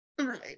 Right